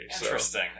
Interesting